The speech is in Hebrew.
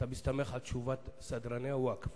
אתה מסתמך על תשובת סדרני הווקף.